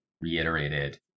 reiterated